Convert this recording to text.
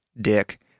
dick